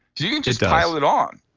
you can just pile it on.